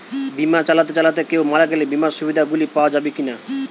বিমা চালাতে চালাতে কেও মারা গেলে বিমার সুবিধা গুলি পাওয়া যাবে কি না?